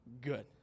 good